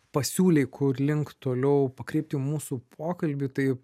pasiūlei kur link toliau pakreipti mūsų pokalbį tai